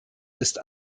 ist